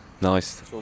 nice